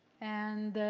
and